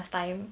mmhmm